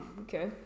okay